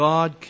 God